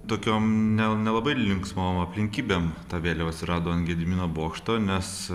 tokiom nel nelabai linksmom aplinkybėm ta vėliava atsirado ant gedimino bokšto nes